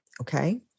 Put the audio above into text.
Okay